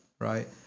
Right